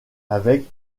avec